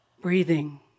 breathing